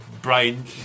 Brian